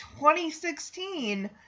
2016